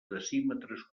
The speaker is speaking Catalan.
decímetres